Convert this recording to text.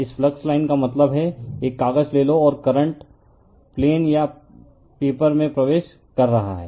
इस flux line का मतलब है एक कागज ले लो और करंट प्लेन या पेपर में प्रवेश कर रहा है